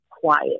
quiet